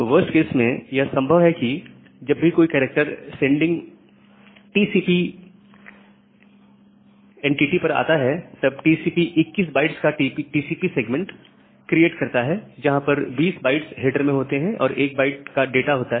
worst case में यह संभव है कि जब भी कोई कैरेक्टर सेंडिंग टीसीपी एनटीटी पर आता है तब टीसीपी 21 बाइट्स का टीसीपी सेगमेंट क्रिएट करता है जहां पर 20 बाइट्स हेडर में होते हैं और 1 बाइट का डाटा होता है